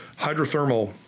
hydrothermal